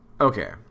Okay